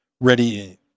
ready –